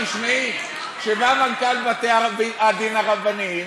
תשמעי: כשבא מנכ"ל בתי-הדין הרבניים,